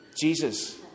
Jesus